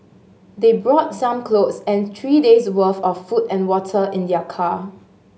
they brought some clothes and three days' worth of food and water in their car